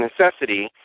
necessity